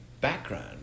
background